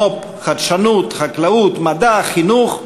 מו"פ, חדשנות, חקלאות, מדע, חינוך,